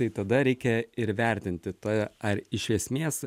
tai tada reikia ir vertinti tai ar iš esmės